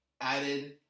Added